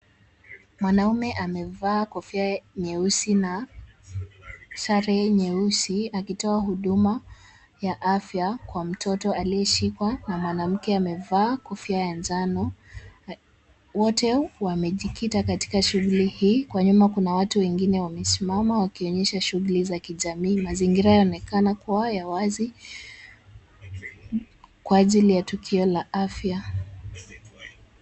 Mwanamume amevaa kofia nyeusi na sare nyeusi akitoa huduma ya afya kwa mtoto aliyeshikwa na mwanamke amevaa kofia ya njano. Wote wamejikita katika shughuli hii. Kwa nyuma kuna watu wengine wamesimama wakionyesha shughuli za kijamii. Mazingira yanaonekana kuwa ya wazi kwa ajili ya tukio la afya.